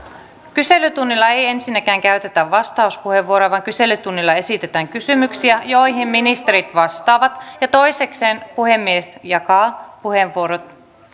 kyselytunnilla ei ensinnäkään käytetä varsinaisia vastauspuheenvuoroja vaan kyselytunnilla esitetään kysymyksiä joihin ministerit vastaavat toisekseen puhemies jakaa puheenvuorot